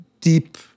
deep